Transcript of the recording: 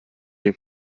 den